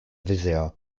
vizier